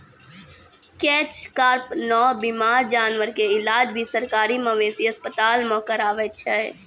catch कार्प नॅ बीमार जानवर के इलाज भी सरकारी मवेशी अस्पताल मॅ करावै छै